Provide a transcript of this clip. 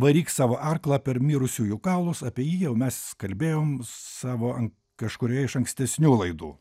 varyk savo arklą per mirusiųjų kaulus apie jį jau mes kalbėjom savo kažkurioje iš ankstesnių laidų